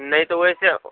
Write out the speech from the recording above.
نہیں تو ویسے